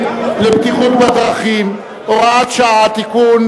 לבטיחות בדרכים (הוראת שעה) (תיקון,